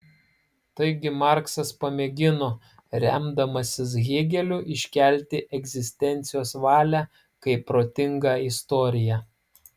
taigi marksas pamėgino remdamasis hėgeliu iškelti egzistencijos valią kaip protingą istoriją